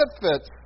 benefits